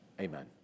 Amen